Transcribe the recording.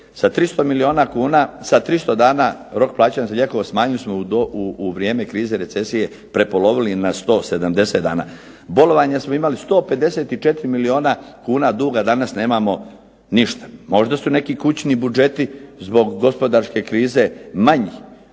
gospodarstvo. Je sa 300 dana, rok plaćanja lijekova smanjili smo u vrijeme krize, recesije prepolovili na 170 dana. Bolovanja smo imali 154 milijuna kuna duga, danas nemamo ništa. Možda su neki kućni budžeti zbog gospodarske krize manji,